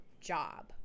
job